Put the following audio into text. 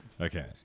Okay